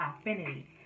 affinity